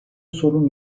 sorun